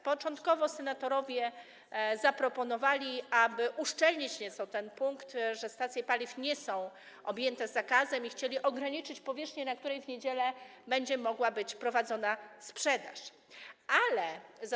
Początkowo senatorowie zaproponowali, aby uszczelnić nieco ten punkt, że stacje paliw nie są objęte zakazem, i chcieli ograniczyć powierzchnię, na której będzie mogła być prowadzona sprzedaż w niedzielę.